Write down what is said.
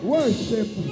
Worship